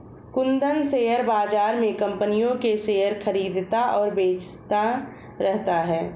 Kundan share बाज़ार में कम्पनियों के शेयर खरीदता और बेचता रहता है